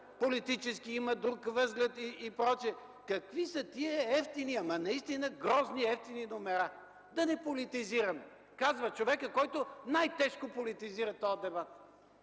политически имам друг възглед”. Какви са тези евтини, ама наистина грозни, евтини номера?! „Да не политизираме” – казва човекът, който най-тежко политизира този дебат!